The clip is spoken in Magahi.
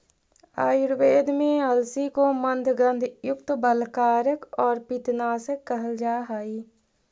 आयुर्वेद में अलसी को मन्दगंधयुक्त, बलकारक और पित्तनाशक कहल जा हई